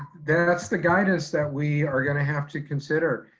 that's the guidance that we are gonna have to consider.